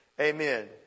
amen